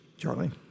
Charlie